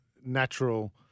natural